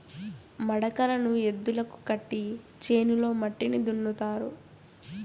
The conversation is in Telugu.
మడకలను ఎద్దులకు కట్టి చేనులో మట్టిని దున్నుతారు